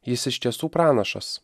jis iš tiesų pranašas